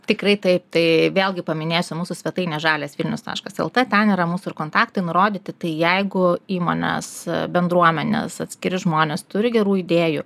tikrai taip tai vėlgi paminėsiu mūsų svetainę žalias vilnius taškas lt ten yra mūsų kontaktai nurodyti tai jeigu įmonės bendruomenės atskiri žmonės turi gerų idėjų